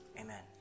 Amen